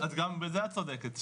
גם בזה את צודקת.